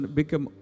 become